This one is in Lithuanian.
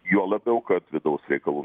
juo labiau kad vidaus reikalų